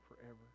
forever